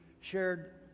Shared